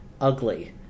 ugly